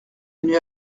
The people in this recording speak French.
venu